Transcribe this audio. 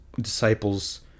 disciples